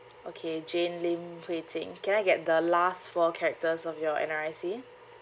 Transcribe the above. okay jane lim hui qing can I get the last four characters of your N_R_I_C